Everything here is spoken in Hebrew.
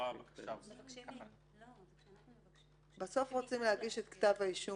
לא הבקשה -- בסוף רוצים להגיש את כתב האישום